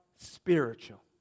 spiritual